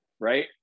Right